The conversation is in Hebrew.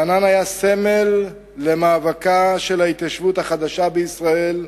רענן היה סמל למאבקה של ההתיישבות החדשה בישראל,